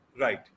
Right